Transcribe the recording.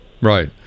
Right